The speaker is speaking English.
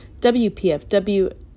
wpfw